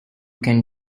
can